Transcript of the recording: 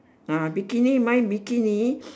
ah bikini mine bikini